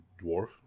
dwarf